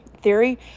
theory